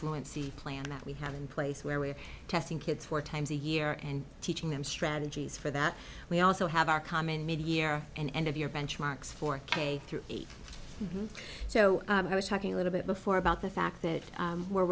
fluency plan that we have in place where we're testing kids four times a year and teaching them strategies for that we also have our common mid year and end of year benchmarks for k through eight so i was talking a little bit before about the fact that we're